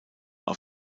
auf